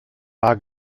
bar